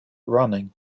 running